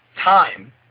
time